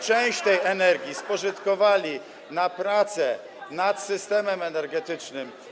część tej energii spożytkowali na prace nad systemem energetycznym.